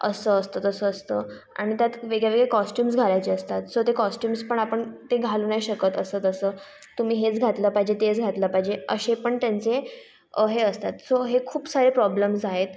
असं असतं तसं असतं आणि त्यात वेगळेवेगळे कॉस्चुम्स घालायचे असतात सो ते कॉस्चुम्स पण आपण घालू नाही शकत असं तसं तुम्ही हेच घातलं पाहिजे ते घातलं पाहिजे असे पण त्यांचे हे असतात सो हे खूप सारे प्रोब्लम्ज आहेत